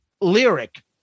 lyric